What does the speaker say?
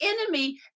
enemy